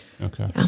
Okay